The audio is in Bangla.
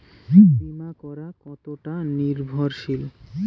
বীমা করা কতোটা নির্ভরশীল?